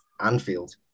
Anfield